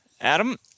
Adam